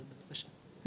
אז בבקשה.